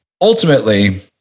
Ultimately